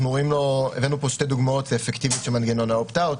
הבאנו לפה שתי דוגמאות לאפקטיביות של מנגנון ה-opt-out,